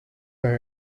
guy